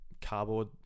cardboard